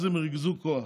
אז הם ריכזו כוח.